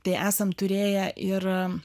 tai esam turėję ir